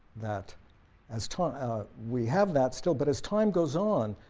that as time we have that still. but as time goes on,